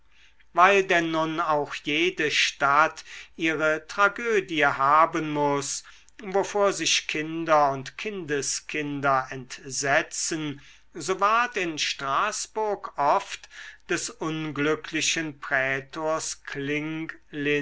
weil denn nun auch jede stadt ihre tragödie haben muß wovor sich kinder und kindeskinder entsetzen so ward in straßburg oft des unglücklichen prätors klinglin